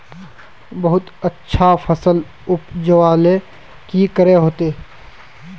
बहुत अच्छा फसल उपजावेले की करे होते?